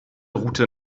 route